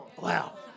Wow